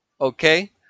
Okay